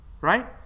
right